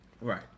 Right